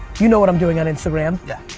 you know what i'm doing on instagram? yeah.